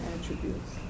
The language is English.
attributes